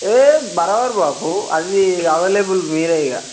హే బరబరా బాపు అది అవైలబుల్ మీరే ఇక